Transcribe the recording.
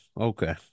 okay